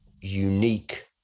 unique